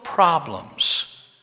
problems